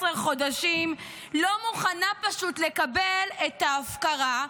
חודשים לא מוכנה פשוט לקבל את ההפקרה,